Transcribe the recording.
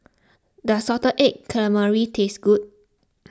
does Salted Egg Calamari taste good